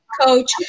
coach